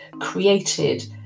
created